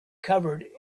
covered